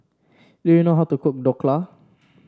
do you know how to cook Dhokla